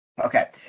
Okay